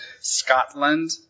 Scotland